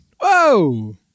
Whoa